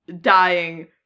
dying